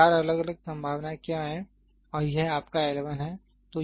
चार अलग अलग संभावनाएं क्या हैं और यह आपका L 1 है